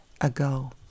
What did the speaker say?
ago